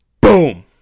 Boom